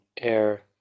air